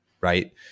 right